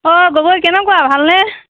অ গগৈ কেনেকুৱা ভালনে